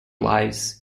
lives